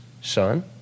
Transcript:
son